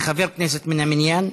כחבר כנסת מן המניין,